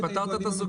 פתרת את הסוגיה.